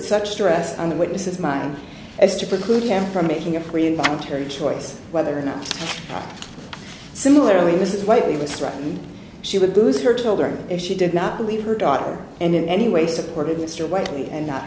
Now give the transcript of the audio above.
such stress on the witnesses mind as to preclude him from making a free and momentary choice whether or not similarly mrs whately was threatened she would lose her children if she did not believe her daughter and in any way supported mr whitely and not